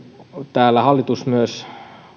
hallitus